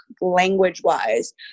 language-wise